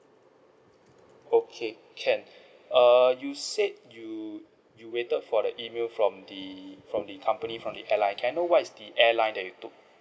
okay can err you said you you waited for the email from the from the company from the airline can know what is the airline that you took